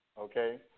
okay